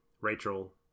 Rachel